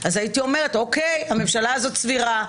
הייתי אומרת: הממשלה הזו סבירה.